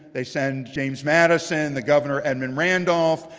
they send james madison, the governor edmund randolph.